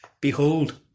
Behold